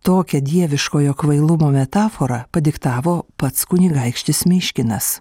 tokią dieviškojo kvailumo metaforą padiktavo pats kunigaikštis myškinas